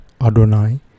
Adonai